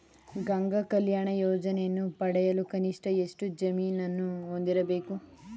ಗಂಗಾ ಕಲ್ಯಾಣ ಯೋಜನೆಯನ್ನು ಪಡೆಯಲು ಕನಿಷ್ಠ ಎಷ್ಟು ಜಮೀನನ್ನು ಹೊಂದಿರಬೇಕು?